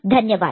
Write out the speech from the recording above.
धन्यवाद